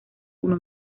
uno